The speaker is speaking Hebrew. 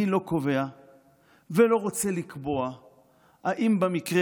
אני לא קובע ולא רוצה לקבוע אם במקרה